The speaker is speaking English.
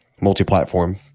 multi-platform